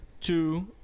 Two